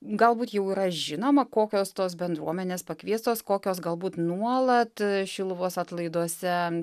galbūt jau yra žinoma kokios tos bendruomenės pakviestos kokios galbūt nuolat šiluvos atlaiduose